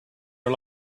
are